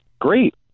great